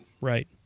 Right